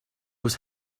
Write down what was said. was